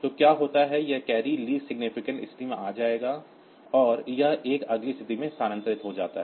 तो क्या होता है कि यह कैरी लीस्ट सिग्नीफिकेंट स्थिति में आता है और यह एक अगली स्थिति में स्थानांतरित हो जाता है